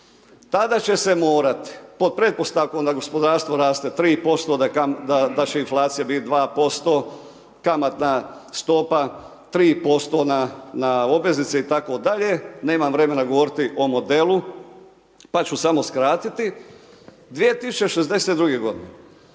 Tada će se morati pod pretpostavkom da gospodarstvo raste 3%, da će inflacija biti 2%, kamatna stopa 3% na obveznice itd., nemam vremena govoriti o modelu pa ću samo skratiti. 2062. g.,